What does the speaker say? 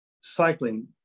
cycling